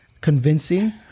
convincing